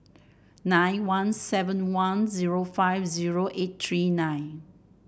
nine one seven one zero five zero eight three nine